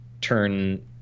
turn